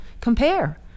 compare